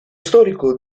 storico